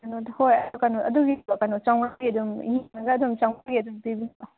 ꯀꯩꯅꯣꯗꯣ ꯍꯣꯏ ꯀꯩꯅꯣ ꯑꯗꯨꯒꯤꯗꯣ ꯆꯥꯝꯉꯥꯒꯤ ꯑꯗꯨꯝ ꯌꯦꯡꯂꯒ ꯑꯗꯨꯝ ꯆꯥꯝꯉꯥꯒꯤ ꯑꯗꯨꯝ ꯄꯤꯕꯤꯔꯣ